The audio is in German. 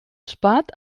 spart